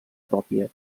pròpia